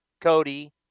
Cody